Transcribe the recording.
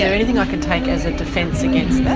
anything i can take as a defence against that,